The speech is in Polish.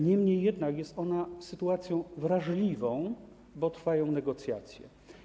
Niemniej jednak jest ona sytuacją wrażliwą, bo trwają negocjacje.